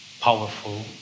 powerful